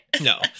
No